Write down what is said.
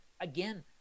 again